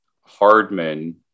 Hardman